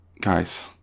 Guys